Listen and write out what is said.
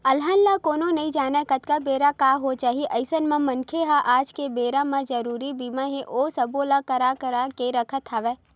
अलहन ल कोनो नइ जानय कतका बेर काय हो जाही अइसन म मनखे मन ह आज के बेरा म जरुरी बीमा हे ओ सब्बो ल करा करा के रखत हवय